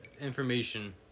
information